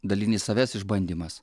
dalinis savęs išbandymas